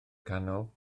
canol